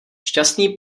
šťastný